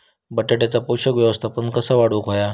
बटाट्याचा पोषक व्यवस्थापन कसा वाढवुक होया?